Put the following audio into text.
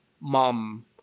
mom